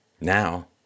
Now